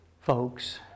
folks